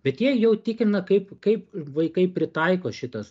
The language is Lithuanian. bet jie jau tikrina kaip kaip vaikai pritaiko šitas